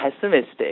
pessimistic